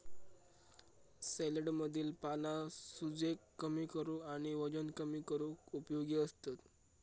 सॅलेडमधली पाना सूजेक कमी करूक आणि वजन कमी करूक उपयोगी असतत